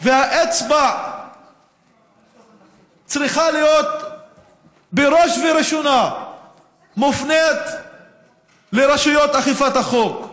והאצבע צריכה להיות בראש ובראשונה מופנית לרשויות אכיפת החוק.